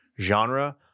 genre